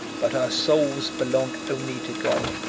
but our souls belong only to god.